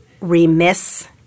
remiss